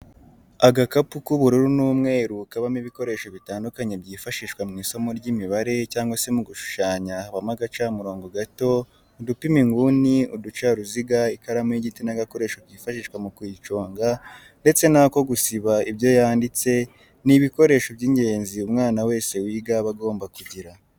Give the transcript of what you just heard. Agapaki k'ubururu n'umweru kabamo ibikoresho bitandukanye byifashishwa mw'isomo ry'imibare cyangwa se mu gushushanya habamo agacamurongo gato, udupima inguni, uducaruziga ,ikaramu y'igiti n'agakoresho kifashishwa mu kuyiconga ndetse n'ako gusiba ibyo yanditse, ni ibikoresho by'ingenzi umwana wese wiga aba agomba kugira.